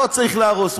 לא צריך להרוס,